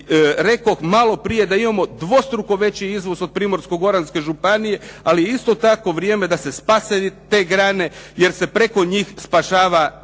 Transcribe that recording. malo prije da imamo dvostruko veći izvoz od Primorsko-goranske županije, ali isto tako vrijeme da se spase te grane jer se preko njih spašava